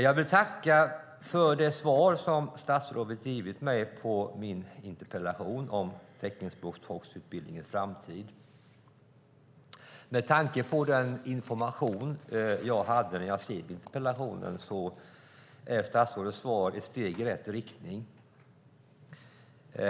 Jag tackar för det svar som statsrådet givit mig på min interpellation om teckenspråkstolksutbildningens framtid. Med tanke på den information jag hade när jag skrev interpellationen är statsrådets svar ett steg i rätt riktning.